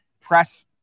press